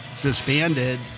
disbanded